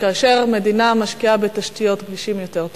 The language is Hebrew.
שכאשר מדינה משקיעה בתשתיות, בכבישים טובים יותר,